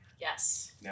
Yes